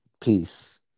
peace